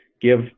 give